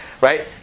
right